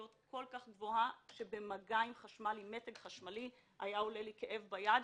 כל כך גבוהה שבמגע עם מתג חשמל היה עולה לי כאב ביד,